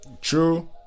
True